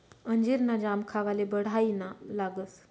अंजीर ना जाम खावाले बढाईना लागस